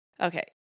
Okay